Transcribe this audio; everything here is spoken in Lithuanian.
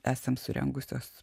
esam surengusios